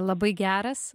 labai geras